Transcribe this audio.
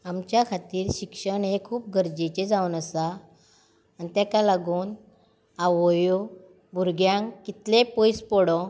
आमच्या खातीर शिक्षण हें खूब गरजेचें जावन आसा आनी ताका लागून आवयो भुरग्यांक कितलें पयस पडूंक